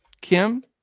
Kim